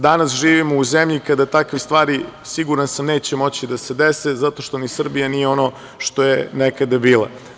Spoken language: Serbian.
Danas živimo u zemlji kada takve stvari, siguran sam neće moći da se dese zato što ni Srbija nije ono što je nekada bila.